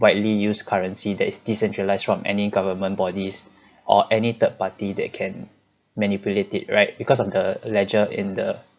widely used currency that is decentralised from any government bodies or any third party that can manipulate it right because of the ledger in the